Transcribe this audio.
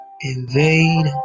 invade